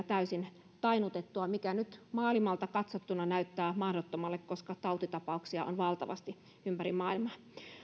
täysin tainnutettua mikä nyt maailmalta katsottuna näyttää mahdottomalle koska tautitapauksia on valtavasti ympäri maailmaa